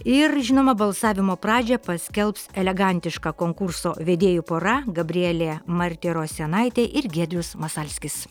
ir žinoma balsavimo pradžią paskelbs elegantiška konkurso vedėjų pora gabrielė martirosianaitė ir giedrius masalskis